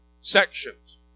sections